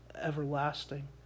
everlasting